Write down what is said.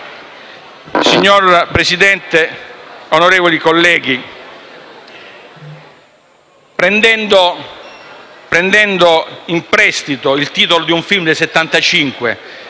Signor Presidente, onorevoli colleghi, prendendo in prestito il titolo di un film del 1976,